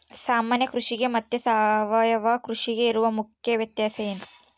ಸಾಮಾನ್ಯ ಕೃಷಿಗೆ ಮತ್ತೆ ಸಾವಯವ ಕೃಷಿಗೆ ಇರುವ ಮುಖ್ಯ ವ್ಯತ್ಯಾಸ ಏನು?